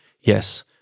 yes